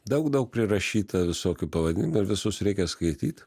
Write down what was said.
daug daug prirašyta visokių pavadinimų ir visus reikia skaityt